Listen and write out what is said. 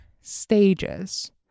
stages